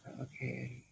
Okay